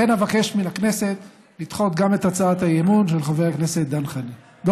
לכן אבקש מהכנסת לדחות גם את הצעת האי-אמון של חבר הכנסת דב חנין.